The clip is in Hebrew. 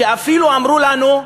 שאפילו אמרו לנו: